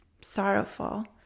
sorrowful